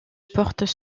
portent